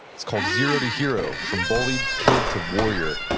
it's called zero to hero from bullied kid to warrior.